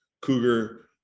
cougar